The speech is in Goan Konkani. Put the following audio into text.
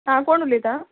आं कोण उलयता